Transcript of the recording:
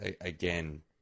again